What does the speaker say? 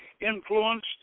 influenced